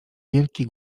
wielki